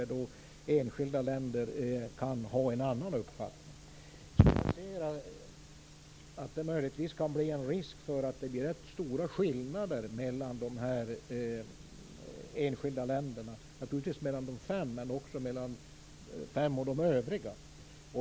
Enskilda länder kan ha en annan uppfattning. Det kan möjligen finnas en risk att det blir rätt stora skillnader mellan de här enskilda länderna. Naturligtvis blir det så mellan de fem, men också mellan de fem och de övriga.